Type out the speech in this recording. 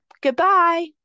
Goodbye